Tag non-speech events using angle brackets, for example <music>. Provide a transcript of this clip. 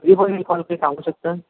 <unintelligible> call काही सांगू शकता